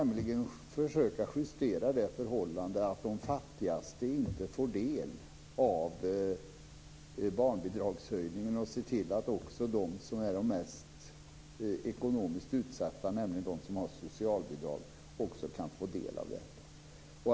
Man ska försöka justera det förhållandet att de fattigaste inte får del av barnbidragshöjningen och se till att också de som är de mest ekonomiskt utsatta, nämligen de som har socialbidrag, också kan få del av detta.